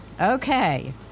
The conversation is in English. Okay